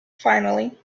finally